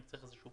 אם צריך איזשהו